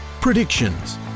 predictions